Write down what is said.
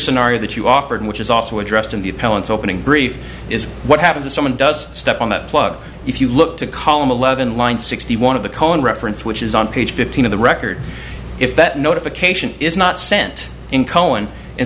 scenario that you offered which is also addressed in the appellants opening brief is what happens if someone does step on that plug if you look to column eleven line sixty one of the cone reference which is on page fifteen of the record if that notification is not sent in cohen and